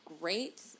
great